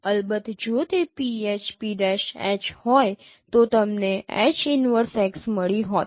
અલબત્ત જો તે PH P'H હોય તો તમને H 1x મળી હોત